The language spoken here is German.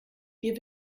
ihr